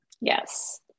yes